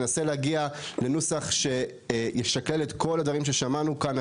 ננסה להגיע לנוסח שישכלל את כל הדברים ששמענו כאן.